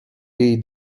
jej